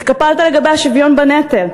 התקפלת לגבי השוויון בנטל,